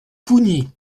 pougny